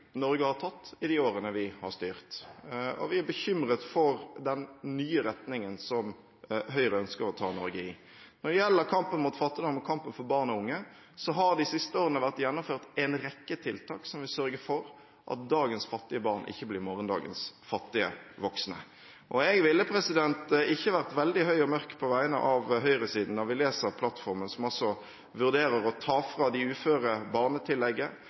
Norge har hatt i de årene vi har styrt. Vi er bekymret for den nye retningen som Høyre ønsker å ta Norge i. Når det gjelder kampen mot fattigdom og kampen for barn og unge, har det de siste årene vært gjennomført en rekke tiltak som vil sørge for at dagens fattige barn ikke blir morgendagens fattige voksne. Jeg ville ikke vært veldig høy og mørk på vegne av høyresiden når vi leser plattformen som vurderer å ta fra de uføre barnetillegget,